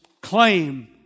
claim